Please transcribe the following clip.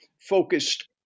focused